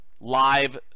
live